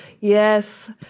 yes